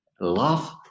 love